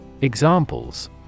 Examples